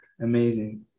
amazing